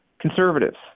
conservatives